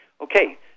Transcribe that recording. Okay